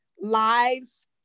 lives